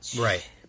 right